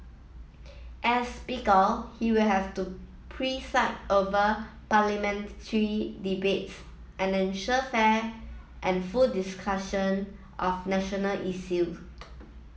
as Speaker he will have to preside over Parliamentary debates and ensure fair and full discussion of national issues